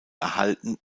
erhalten